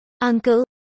uncle